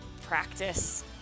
practice